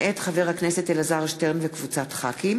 מאת חברי הכנסת אלעזר שטרן, מאיר שטרית,